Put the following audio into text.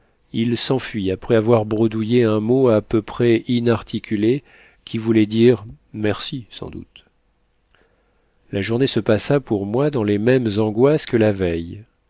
il s'enfuit après avoir bredouillé un mot à peu près inarticulé qui voulait dire merci sans doute la journée se passa pour moi dans les mêmes angoisses que la veille